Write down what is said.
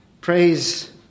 Praise